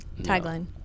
tagline